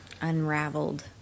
unraveled